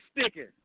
sticking